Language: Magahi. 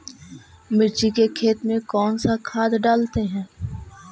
मिर्ची के खेत में कौन सा खाद डालते हैं?